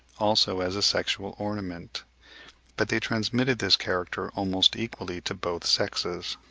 also as a sexual ornament but they transmitted this character almost equally to both sexes.